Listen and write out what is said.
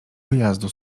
wyjazdu